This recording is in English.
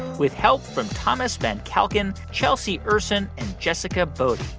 with help from thomas van calkin, chelsea ursin and jessica bodie.